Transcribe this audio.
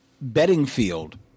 Beddingfield